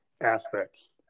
aspects